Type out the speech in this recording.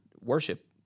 worship